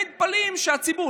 האופוזיציה, עברתם לצד הזה,